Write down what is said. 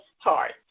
start